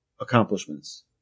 accomplishments